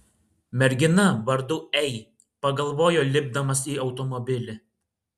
mergina vardu ei pagalvojo lipdamas į automobilį